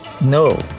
No